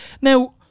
now